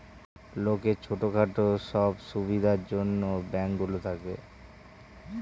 লোকের ছোট খাটো সব সুবিধার জন্যে ব্যাঙ্ক গুলো থাকে